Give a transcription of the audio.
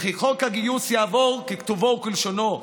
וכי חוק הגיוס יעבור ככתבו וכלשונו.